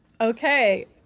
Okay